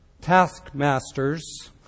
taskmasters